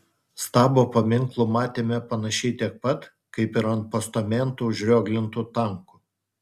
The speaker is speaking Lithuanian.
stabo paminklų matėme panašiai tiek pat kaip ir ant postamentų užrioglintų tankų